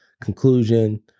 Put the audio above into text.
Conclusion